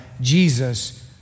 Jesus